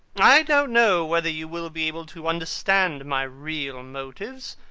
i don't know whether you will be able to understand my real motives.